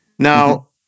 Now